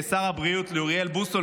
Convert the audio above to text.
לשר הבריאות אוריאל בוסו,